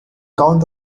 count